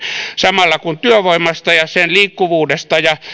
samalla kun työvoimalle ja sen liikkuvuudelle ja ja